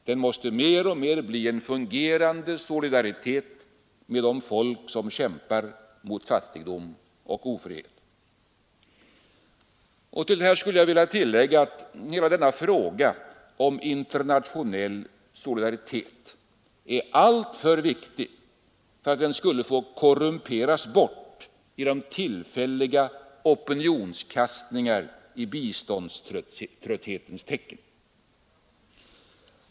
Den måste mer och mer bli en fungerande solidaritet med de folk som kämpar mot fattigdom och ofrihet.” Jag skulle vilja tillägga att hela denna fråga om internationell solidaritet är alltför viktig för att den skulle få korrumperas bort av de tillfälliga opinionskastningarna i biståndströtthetens tecken.